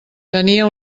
tenia